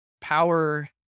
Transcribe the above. power